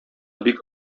бик